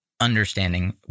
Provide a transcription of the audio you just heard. understanding